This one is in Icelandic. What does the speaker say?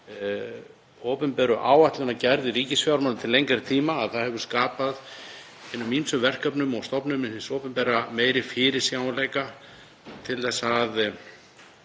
opinberu áætlanagerð í ríkisfjármálum til lengri tíma að það hefur skapað hinum ýmsu verkefnum og stofnunum hins opinbera meiri fyrirsjáanleika til að